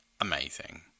amazing